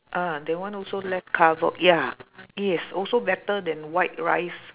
ah that one also less carbo ya yes also better than white rice